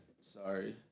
Sorry